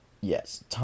Yes